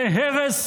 זה הרס מורשתו.